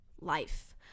life